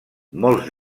molts